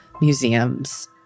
museums